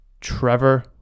trevor